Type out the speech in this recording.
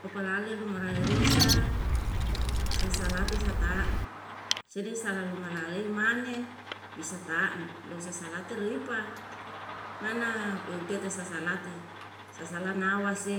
Papalale luma rai resa sasalate sa tam, se el salalu manalei mane bisa tam, losa salate reipa mae na u eutete sasalate, sasala nawase,